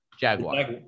Jaguar